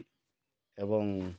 ଏବଂ